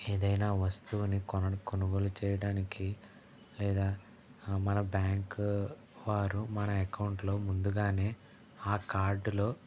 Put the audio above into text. ఏదైనా వస్తువుని కొన కొనుగోలుచేయడానికి లేదా మన బ్యాంకు వారు మన అకౌంటులో ముందుగానే ఆ కార్డులో